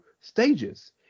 stages